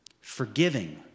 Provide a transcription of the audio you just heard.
Forgiving